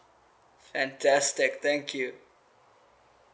fantastic thank you